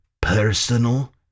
personal